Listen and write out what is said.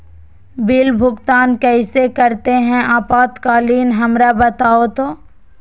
Bill भुगतान कैसे करते हैं आपातकालीन हमरा बताओ तो?